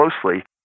closely